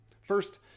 First